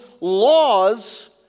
laws